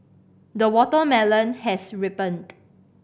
the watermelon has ripened